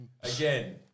again